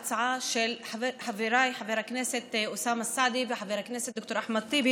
ההצעה של חבריי חבר הכנסת אוסאמה סעדי וחבר הכנסת ד"ר אחמד טיבי